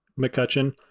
McCutcheon